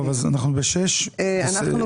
טוב, אז אנחנו בעמוד 3, סעיף 6?